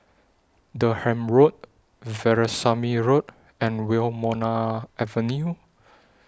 Durham Road Veerasamy Road and Wilmonar Avenue